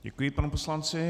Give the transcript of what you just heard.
Děkuji panu poslanci.